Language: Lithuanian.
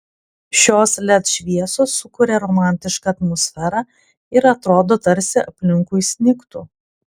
šios led šviesos sukuria romantišką atmosferą ir atrodo tarsi aplinkui snigtų